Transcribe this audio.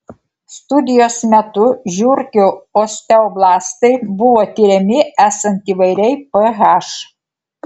studijos metu žiurkių osteoblastai buvo tiriami esant įvairiai ph